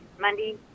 Monday